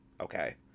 okay